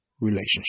relationship